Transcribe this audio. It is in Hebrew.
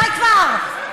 די כבר.